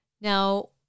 Now